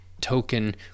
token